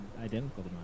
identical